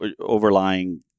overlying